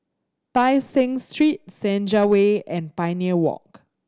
Tai Seng Street Senja Way and Pioneer Walk